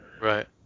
Right